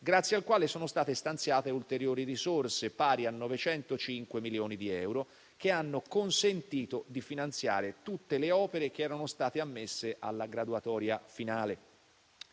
grazie al quale sono state stanziate ulteriori risorse pari a 905 milioni di euro, che hanno consentito di finanziare tutte le opere che erano state ammesse alla graduatoria finale.